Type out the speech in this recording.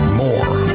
more